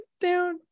down